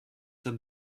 them